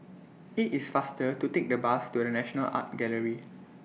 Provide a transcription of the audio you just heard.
IT IS faster to Take The Bus to The National Art Gallery